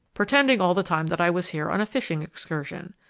pretending all the time that i was here on a fishing excursion.